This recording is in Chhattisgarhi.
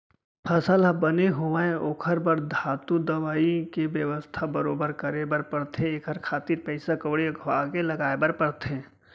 फसल ह बने होवय ओखर बर धातु, दवई के बेवस्था बरोबर करे बर परथे एखर खातिर पइसा कउड़ी अघुवाके लगाय बर परथे